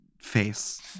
face